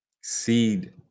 Seed